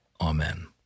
Amen